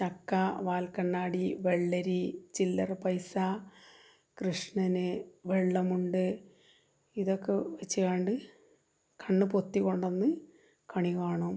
ചക്ക വാൽക്കണ്ണാടി വെള്ളരി ചില്ലറപ്പൈസ കൃഷ്ണന് വെള്ളമുണ്ട് ഇതൊക്കെ വെച്ച്കാണ്ട് കണ്ണ് പൊത്തിക്കൊണ്ടുവന്ന് കണി കാണും